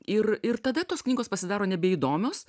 ir ir tada tos knygos pasidaro nebeįdomios